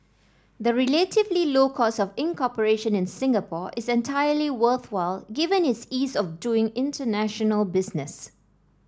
the relatively low cost of incorporation in Singapore is entirely worthwhile given its ease of doing international business